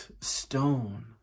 stone